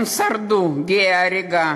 הם שרדו גיא הריגה,